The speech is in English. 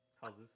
houses